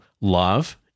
love